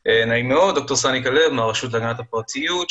ד"ר סאני כלב מהרשות להגנת הפרטיות,